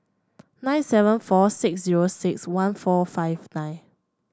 nine seven four six zero six one four five nine